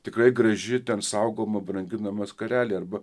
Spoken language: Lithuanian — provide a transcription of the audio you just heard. tikrai graži ten saugoma branginama skarelė arba